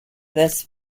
this